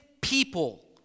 people